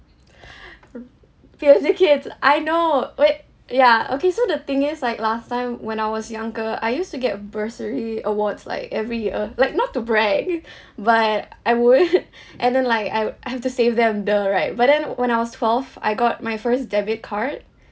P_O_S_B kids I know wait ya okay so the thing is like last time when I was younger I used to get bursary awards like every year like not to brag but I would and then like I've I have to save them !duh! right but then when I was twelve I got my first debit card